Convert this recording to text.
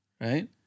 Right